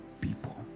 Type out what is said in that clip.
people